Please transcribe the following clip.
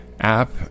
app